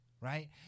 right